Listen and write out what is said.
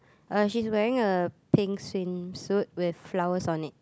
uh she's wearing a pink swimsuit with flowers on it